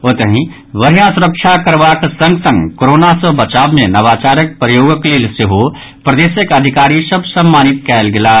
ओतहि बढ़िया सुरक्षा करबाक संग संग कोरोना सँ बचाव मे नवाचारक प्रयोगक लेल सेहो प्रदेशक अधिकारी सभ सम्मानित कयल गेलाह